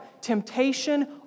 Temptation